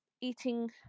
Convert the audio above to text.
eating